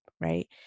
right